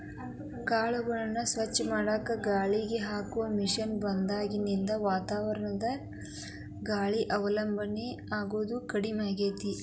ಕಾಳುಗಳನ್ನ ಸ್ವಚ್ಛ ಮಾಡಾಕ ಗಾಳಿಗೆ ಹಾಕೋ ಮಷೇನ್ ಬಂದಾಗಿನಿಂದ ವಾತಾವರಣದ ಗಾಳಿಗೆ ಅವಲಂಬನ ಆಗೋದು ಕಡಿಮೆ ಆಗೇತಿ